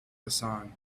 hassan